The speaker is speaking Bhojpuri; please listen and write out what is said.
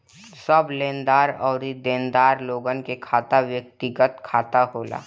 सब लेनदार अउरी देनदार लोगन के खाता व्यक्तिगत खाता होला